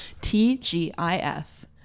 T-G-I-F